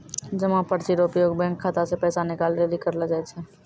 जमा पर्ची रो उपयोग बैंक खाता से पैसा निकाले लेली करलो जाय छै